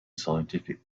scientific